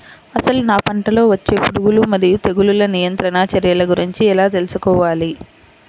అసలు నా పంటలో వచ్చే పురుగులు మరియు తెగులుల నియంత్రణ చర్యల గురించి ఎలా తెలుసుకోవాలి?